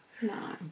No